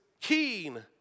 keen